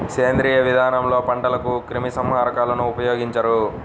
సేంద్రీయ విధానంలో పంటలకు క్రిమి సంహారకాలను ఉపయోగించరు